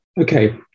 Okay